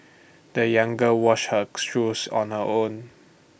the young girl washed her shoes on her own